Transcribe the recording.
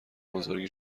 بزرگی